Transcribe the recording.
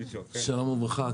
שלום וברכה,